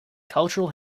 cultural